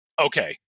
okay